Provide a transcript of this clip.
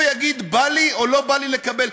יגיד: בא לי או לא בא לי לקבל,